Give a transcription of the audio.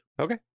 Okay